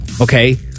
okay